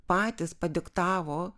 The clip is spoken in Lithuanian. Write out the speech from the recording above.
patys padiktavo